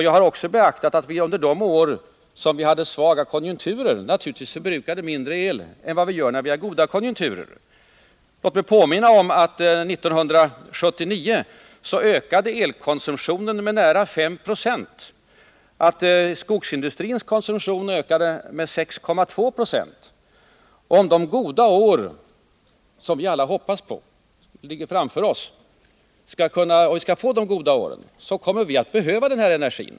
Jag har också beaktat att vi under de år då vi hade svag konjunktur naturligtvis förbrukade mindre el än vi gör när vi har goda konjunkturer. Låt mig påminna om att under 1979 ökade elkonsumtionen med nära 5 26, och skogsindustrins konsumtion ökade med 6,2 2. Om vi framöver får de goda år som vi alla hoppas på kommer vi att behöva mera energi.